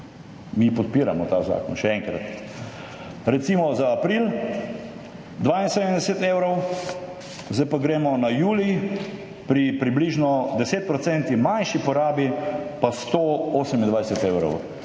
Mi podpiramo ta zakon, še enkrat. Recimo za april, 72 evrov, zdaj pa gremo na julij, pri približno 10 % manjši porabi, pa 128 evrov.